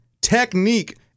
technique